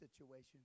situation